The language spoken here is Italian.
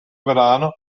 brano